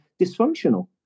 dysfunctional